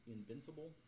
Invincible